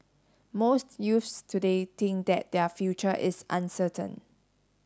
most youths today think that their future is uncertain